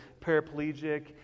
paraplegic